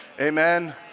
Amen